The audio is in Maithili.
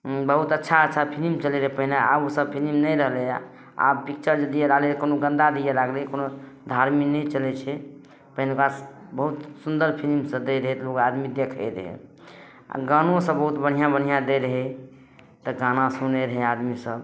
बहुत अच्छा अच्छा फिलिम चलै रहै पहिने आब ओ सब फिलिम नहि रहलै यऽ आब पिक्चर जे दिअ लागलै कोनो गन्दा दिअ लागलै कोनो धार्मिक नहि चलैत छै पहिलुकबा बहुत सुन्दर फिलिम सब दै रहै तऽ लोग आदमी देखै रहै आ गनो सब बहुत बढ़िआँ बढ़िआँ दै रहै तऽ गाना सुनै रहै आदमी सब